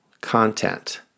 content